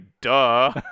duh